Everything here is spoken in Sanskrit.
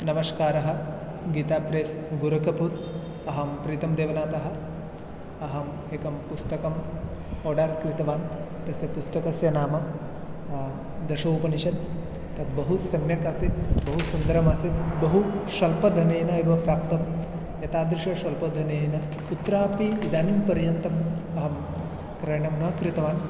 नमस्कारः गीताप्रेस्स् गोरखपुर् अहं प्रीतं देवनाथः अहम् एकं पुस्तकं आर्डर् कृतवान् तस्य पुस्तकस्य नाम दशोपनिषत् तद् बहुसम्यक् आसीत् बहुसुन्दरमासीत् बहु स्वल्पधनेन एव प्राप्तं एतादृश स्वल्पधनेन कुत्रापि इदानीं पर्यन्तम् अहं क्रयणं न कृतवान्